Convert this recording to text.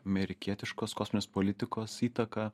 amerikietiškos kosminės politikos įtaka